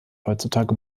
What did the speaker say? heutzutage